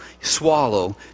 swallow